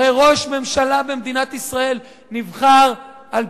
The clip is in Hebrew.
הרי ראש ממשלה במדינת ישראל נבחר בעיקר